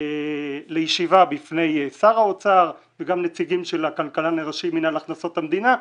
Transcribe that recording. לישיבה בפני שר האוצר וגם נציגים של הכלכלן הראשי מינהל הכנסות המדינה,